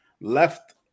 left